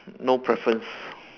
no preference